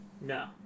No